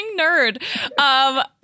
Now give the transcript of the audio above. nerd